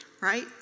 right